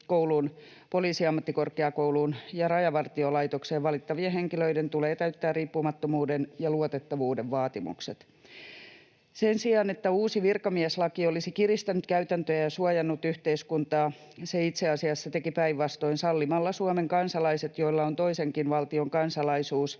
Poliisiammattikorkeakouluun ja Rajavartiolaitokseen valittavien henkilöiden tulee täyttää riippumattomuuden ja luotettavuuden vaatimukset. Sen sijaan, että uusi virkamieslaki olisi kiristänyt käytäntöjä ja suojannut yhteiskuntaa, se itse asiassa teki päinvastoin sallimalla Suomen kansalaiset, joilla on toisenkin valtion kansalaisuus,